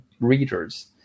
readers